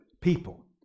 people